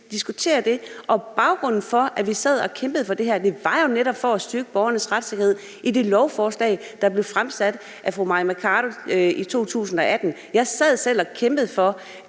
de diskutere. Og baggrunden for, at vi sad og kæmpede for det her, var jo netop, at vi ville styrke borgernes retssikkerhed i det lovforslag, der blev fremsat af den daværende socialminister, Mai Mercado, i 2018. Jeg sad selv og kæmpede for